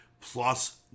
plus